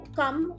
come